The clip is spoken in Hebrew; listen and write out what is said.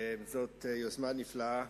זאת יוזמה נפלאה.